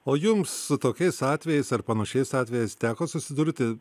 o jums su tokiais atvejais ar panašiais atvejais teko susidurti